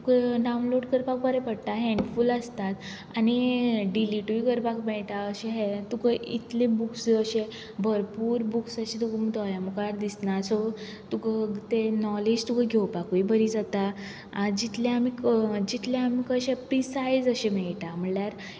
download करपाक बरें पडटा हेंडफूल आसतात आनी डिलीटय करपाक मेळटा अशें हें तुका इतले बूक्स अशें भरपूर बूक्स अशें दवरून दोळ्यां मुखार दिसना सो तुका तें न्होलेज घेवपाकय बरी जाता जितलें आमी जितलें आमकां अशें प्रिसायज अशें मेळटा